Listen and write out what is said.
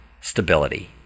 stability